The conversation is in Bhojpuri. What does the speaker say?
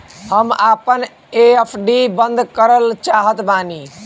हम आपन एफ.डी बंद करल चाहत बानी